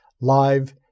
live